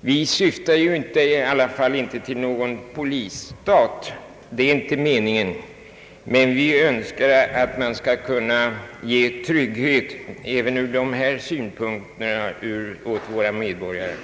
Vi syftar inte alls till någon polisstat, men vi önskar att man skulle kunna ge trygghet även ur dessa synpunkter åt våra medborgare.